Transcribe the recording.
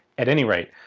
at any rate,